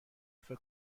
فکر